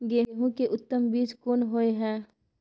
गेहूं के उत्तम बीज कोन होय है?